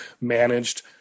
managed